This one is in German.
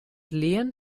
lehen